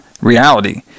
reality